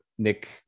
nick